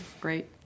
Great